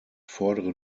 fordere